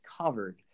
covered